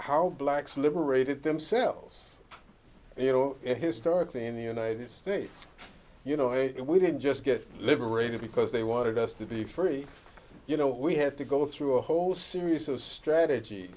how blacks liberated themselves you know historically in the united states you know and we didn't just get liberated because they wanted us to be free you know we had to go through a whole series of strateg